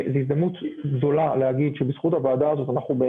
זו הזדמנות גדולה להגיד שבזכות הוועדה אנחנו,